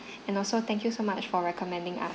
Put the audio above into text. and also thank you so much for recommending us